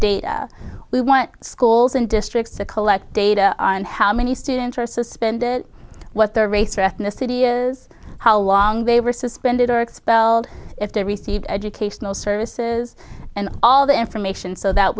data we want schools and districts to collect data on how many students are suspended what their race or ethnicity is how long they were suspended or expelled if they receive educational services and all the information so that